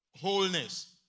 Wholeness